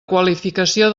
qualificació